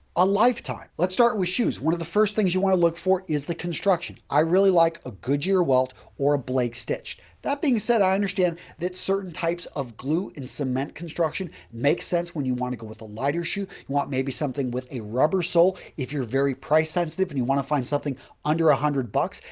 a lifetime. let's start with shoes. one of the first things you want to look for is the construction. i really like a goodyear welt or a blake stitch. that being said, i understand that certain types of glue and cement construction make sense when you want to go with a lighter shoe. you want maybe something with a rubber sole if you're very price sensitive and you want to find something under a hundred bucks.